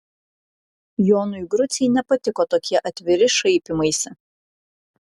jonui grucei nepatiko tokie atviri šaipymaisi